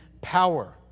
power